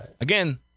again